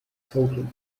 token